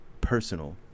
personal